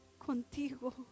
contigo